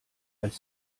als